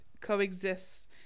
coexist